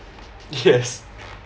yes